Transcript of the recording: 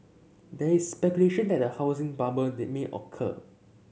there is speculation that a housing bubble they may occur